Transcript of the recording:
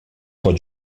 pot